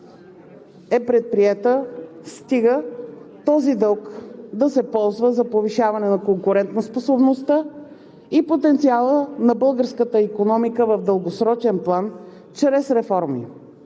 е предприета, стига този дълг да се ползва за повишаване на конкурентоспособността и потенциала на българската икономика в дългосрочен план чрез реформи.